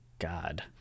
god